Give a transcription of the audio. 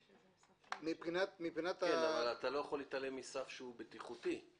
אבל אתה לא יכול להתעלם מסף שהוא בטיחותי.